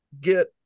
get